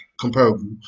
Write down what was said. comparable